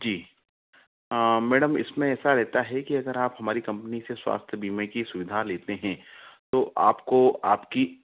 जी madam इसमें ऐसा रहता है कि अगर आप हमारी कंपनी से स्वास्थ्य बीमे की सुविधा लेते हैं तो आप को आप की